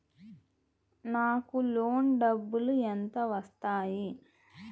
నాకు లోన్ డబ్బులు ఎంత వస్తాయి?